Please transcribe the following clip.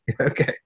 okay